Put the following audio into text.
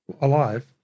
alive